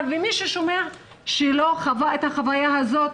ומאלה ששומעים שלא חווה את החוויה הזאת